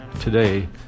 today